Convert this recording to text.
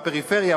הפריפריה.